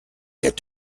get